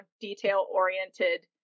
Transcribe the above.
detail-oriented